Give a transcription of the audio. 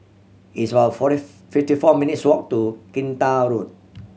it's about forty fifty four minutes' walk to Kinta Road